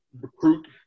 recruit